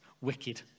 Wicked